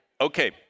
Okay